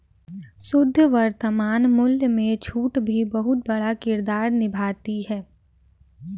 शुद्ध वर्तमान मूल्य में छूट भी बहुत बड़ा किरदार निभाती है